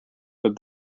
but